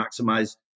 maximize